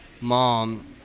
mom